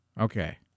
Okay